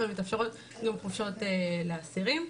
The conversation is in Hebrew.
אבל מתאפשרות חופשות לאסירים.